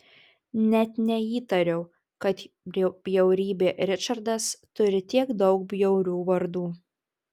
net neįtariau kad bjaurybė ričardas turi tiek daug bjaurių vardų